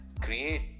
create